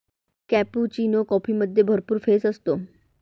cappuccino कॉफीमध्ये भरपूर फेस असतो